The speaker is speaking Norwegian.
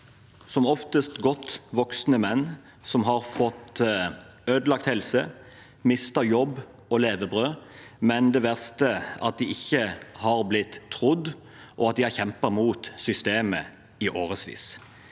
som oftest godt voksne menn som har fått ødelagt helse, mistet jobb og levebrødet. Men det verste er at de ikke har blitt trodd, og at de har kjempet mot systemet i årevis.